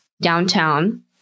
downtown